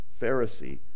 pharisee